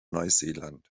neuseeland